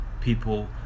people